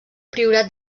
priorat